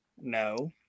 No